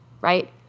right